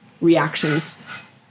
reactions